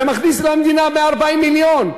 זה מכניס למדינה 140 מיליון,